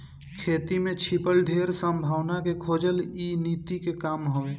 खेती में छिपल ढेर संभावना के खोजल इ नीति के काम हवे